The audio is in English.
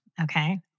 okay